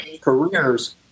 careers